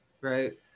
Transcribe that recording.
Right